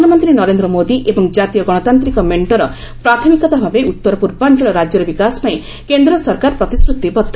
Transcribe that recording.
ପ୍ରଧାନମନ୍ତ୍ରୀ ନରେନ୍ଦ୍ର ମୋଦି ଏବଂ ଜାତୀୟ ଗଣତାନ୍ତିକ ମେଣ୍ଟର ପ୍ରାଥମିକତା ଭାବେ ଉତ୍ତର ପୂର୍ବାଞ୍ଚଳ ରାଜ୍ୟର ବିକାଶ ପାଇଁ କେନ୍ଦ୍ର ସରକାର ପ୍ରତିଶ୍ରତିବଦ୍ଧ